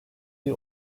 bir